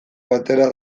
batera